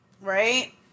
Right